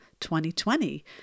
2020